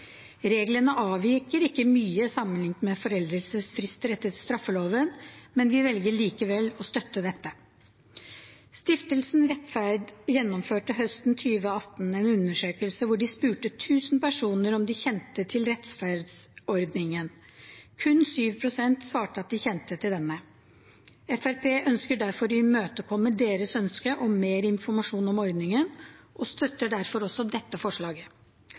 Reglene avviker ikke mye sammenlignet med foreldelsesfrister etter straffeloven, men vi velger likevel å støtte dette. Stiftelsen Rettferd gjennomførte høsten 2018 en undersøkelse hvor de spurte 1 000 personer om de kjente til rettferdsordningen. Kun 7 pst. svarte at de kjente til denne. Fremskrittspartiet ønsker derfor å imøtekomme deres ønske om mer informasjon om ordningen og støtter derfor også dette forslaget.